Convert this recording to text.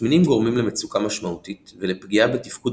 התסמינים גורמים למצוקה משמעותית ולפגיעה בתפקוד